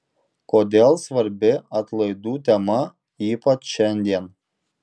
kodėl svarbi atlaidų tema ypač šiandien